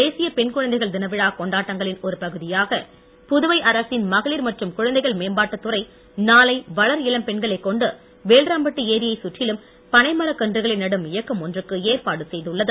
தேசிய பெண்குழந்தைகள் தின விழா கொண்டாட்டங்களின் ஒரு பகுதியாக புதுவை அரசின் மகளிர் மற்றும் குழந்தைகள் மேம்பாட்டுத் துறை நாளை வளர்இளம் பெண்களைக் கொண்டு வேல்ராம்பட்டு ஏரியைச் சுற்றிலும் பனைமரக் கன்றுகளை நடும் இயக்கம் ஒன்றுக்கு ஏற்பாடு செய்துள்ளது